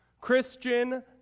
Christian